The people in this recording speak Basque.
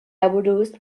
aburuz